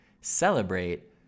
Celebrate